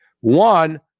One